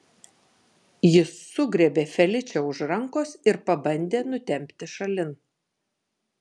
jis sugriebė feličę už rankos ir pabandė nutempti šalin